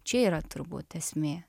čia yra turbūt esmė